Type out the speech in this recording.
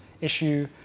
issue